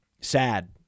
Sad